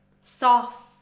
soft